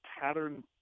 pattern